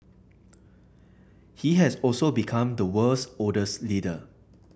he has also become the world's oldest leader